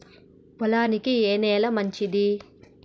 పొలానికి ఏ నేల మంచిది?